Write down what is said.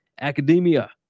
academia